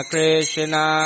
Krishna